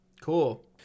Cool